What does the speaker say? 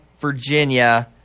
Virginia